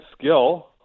skill